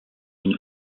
une